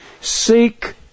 Seek